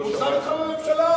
הוא שר אתכם בממשלה.